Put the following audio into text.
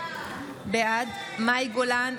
בעד מאי גולן,